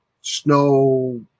snow